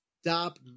stop